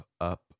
up